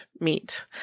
meat